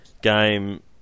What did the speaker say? game